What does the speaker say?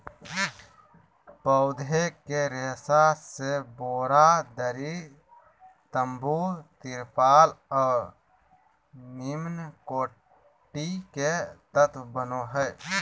पौधे के रेशा से बोरा, दरी, तम्बू, तिरपाल और निम्नकोटि के तत्व बनो हइ